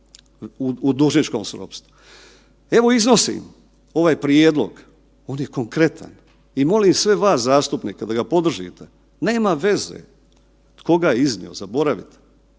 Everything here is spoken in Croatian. u dužničkom ropstvu. Evo iznosim ovaj prijedlog, on je konkretan i molim sve vas zastupnike da ga podržite. Nema veze tko ga je iznio, zaboravite,